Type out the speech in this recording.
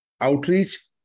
outreach